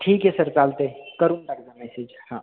ठीक आहे सर चालतं आहे करून टाका मेसेज हा